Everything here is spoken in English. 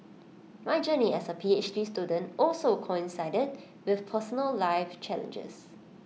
my journey as A P H D student also coincided with personal life challenges